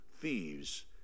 thieves